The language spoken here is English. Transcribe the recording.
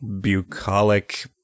bucolic